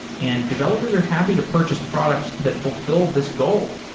and developers are happy to purchase products that fulfi ll this goal.